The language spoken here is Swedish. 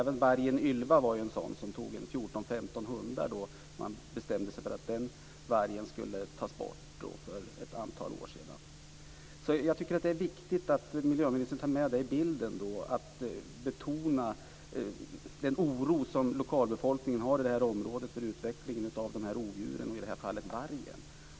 Vargen Ylva tog 14 15 hundar innan man för några år sedan bestämde att den vargen måste bort. Det är viktigt att miljöministern betonar den oro lokalbefolkningen i området känner för utvecklingen av rovdjuren - i det här fallet vargen.